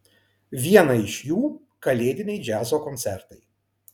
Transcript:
vieną iš jų kalėdiniai džiazo koncertai